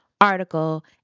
article